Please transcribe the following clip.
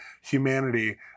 humanity